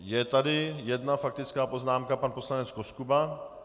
Je tady jedna faktická poznámka, pan poslanec Koskuba.